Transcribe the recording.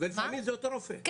לפעמים זה אותו רופא.